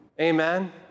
Amen